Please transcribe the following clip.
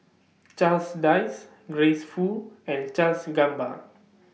Charles Dyce Grace Fu and Charles Gamba